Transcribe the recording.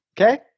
Okay